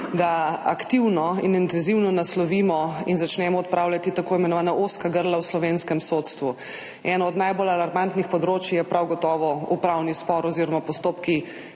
da aktivno in intenzivno naslovimo in začnemo odpravljati tako imenovana ozka grla v slovenskem sodstvu. Eno od najbolj alarmantnih področij je prav gotovo upravni spor oziroma postopki